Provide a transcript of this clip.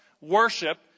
worship